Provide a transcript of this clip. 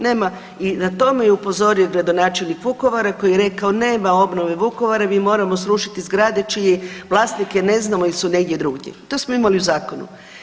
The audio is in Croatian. Nema, i na to me je upozorio gradonačelnik Vukovara, koji je rekao nema obnove Vukovara, mi moramo srušiti zgrade čije vlasnike ne znamo ili su negdje drugdje, to smo imali u zakonu.